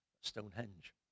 Stonehenge